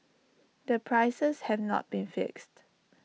the prices had not been fixed